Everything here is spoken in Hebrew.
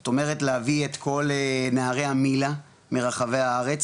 זאת אומרת להביא את כל נערי המיל"ה מרחבי הארץ,